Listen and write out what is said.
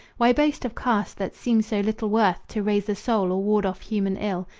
why boast of caste, that seems so little worth to raise the soul or ward off human ill?